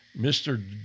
Mr